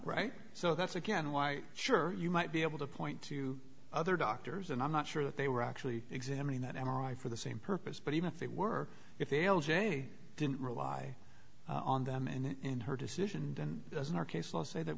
right so that's again why sure you might be able to point to other doctors and i'm not sure that they were actually examining that m r i for the same purpose but even if they were if they'll jay didn't rely on them and in her decision and as in our case law say that